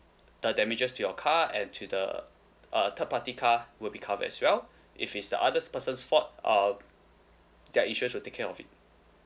the damages to your car and to the uh third party's car will be covered as well if it's the other person's fault uh their insurance will take care of it